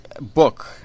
book